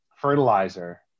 fertilizer